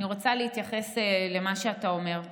אני רוצה להתייחס למה שאתה אומר.